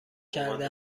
کرده